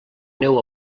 neu